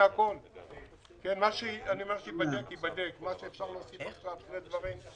המשוחררים כולל מי שעשה שירות אזרחי ושירות לאומי.